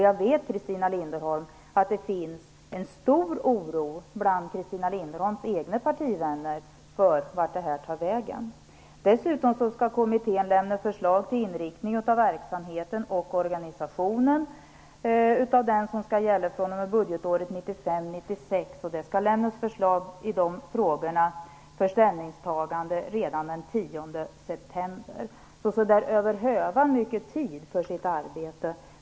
Jag vet, Christina Linderholm, att det finns en stor oro bland Christina Linderholms egna partivänner för vad detta skall leda till. Kommittén skall lämna förslag om inriktning och organisation av verksamheten som skall gälla fr.o.m. budgetåret 1995/96. Dessa förslag skall lämnas för ställningstagande redan den 10 september. Därför har man inte över hövan mycket tid för detta arbete.